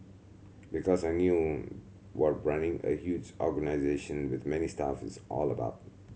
because I knew what running a huge organisation with many staff is all about